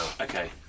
Okay